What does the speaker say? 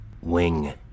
Wing